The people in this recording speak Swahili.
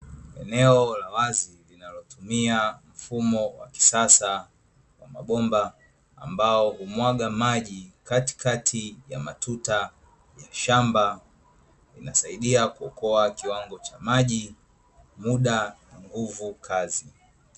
Eneo la wazi linalotumia mfumo wa kisasa wa mabomba, ambao humwaga maji katikati ya matuta ya shamba, yanasaidia kuokoa kiwango cha maji, muda na nguvu kazi.